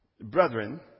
Brethren